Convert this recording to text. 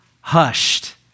hushed